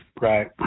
Right